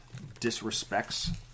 disrespects